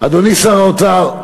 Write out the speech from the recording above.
אדוני שר האוצר,